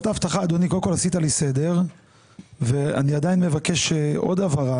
עשית לי סדר ואני עדיין מבקש עוד הבהרה